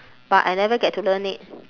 but I never get to learn it